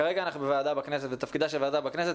כרגע אנחנו בוועדה בכנסת ותפקידה של ועדה בכנסת